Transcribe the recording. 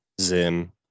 Zim